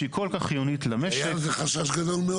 יש חשש כזה.